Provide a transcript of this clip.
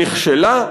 נכשלה,